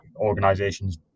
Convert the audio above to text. organizations